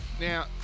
Now